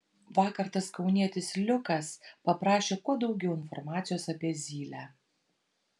vakar tas kaunietis liukas paprašė kuo daugiau informacijos apie zylę